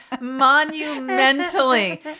monumentally